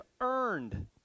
earned